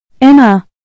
Emma